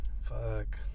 Fuck